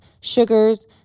sugars